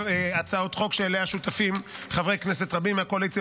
בהצעת חוק שאליה שותפים חברי כנסת רבים מהקואליציה